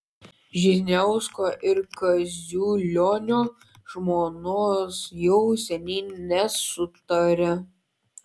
žižniausko ir kaziulionio žmonos jau seniai nesutaria